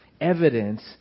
evidence